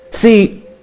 See